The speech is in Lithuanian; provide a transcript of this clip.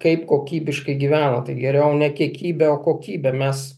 kaip kokybiškai gyvena tai geriau ne kiekybė o kokybė mes